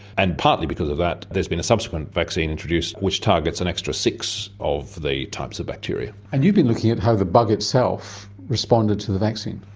and partly because of that there's been a subsequent vaccine introduced which targets an extra six of the types of bacteria. and you've been looking at how the bug itself responded to the vaccine.